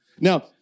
Now